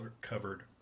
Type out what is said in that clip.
covered